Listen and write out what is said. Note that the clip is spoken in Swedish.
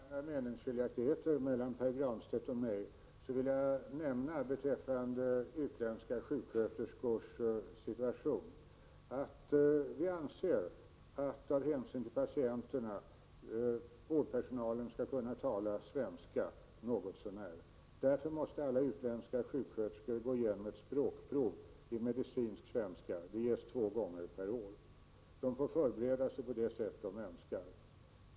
Herr talman! Även om det inte råder några meningsskiljaktigheter mellan Pär Granstedt och mig vill jag nämna, beträffande utländska sjuksköterskors situation, att vi anser att vårdpersonalen, av hänsyn till patienterna, skall kunna tala svenska något så när. Därför måste alla utländska sjuksköterskor gå igenom ett språkprov i medicinsk svenska. Det ges två gånger per år. De sökande får förbereda sig på det sätt de önskar.